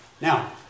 Now